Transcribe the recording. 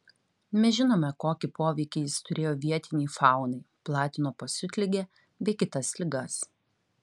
mes žinome kokį poveikį jis turėjo vietinei faunai platino pasiutligę bei kitas ligas